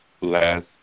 last